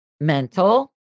mental